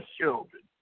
children